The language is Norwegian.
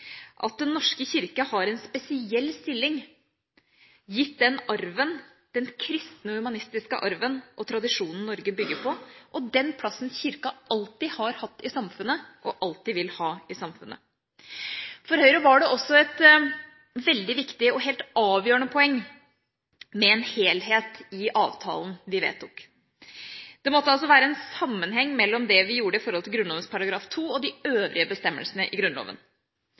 at Den norske kirke har en spesiell stilling, gitt den arven, den kristne humanistiske arven og tradisjonen Norge bygger på, og den plassen Kirka alltid har hatt og alltid vil ha i samfunnet. For Høyre var også et veldig viktig og helt avgjørende poeng en helhet i avtalen vi vedtok. Det måtte altså være en sammenheng mellom det vi gjorde i forhold til Grunnloven § 2 og de øvrige bestemmelsene i Grunnloven.